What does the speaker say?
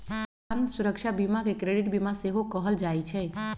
भुगतान सुरक्षा बीमा के क्रेडिट बीमा सेहो कहल जाइ छइ